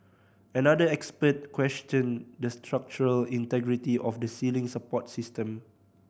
another expert questioned the structural integrity of the ceiling support system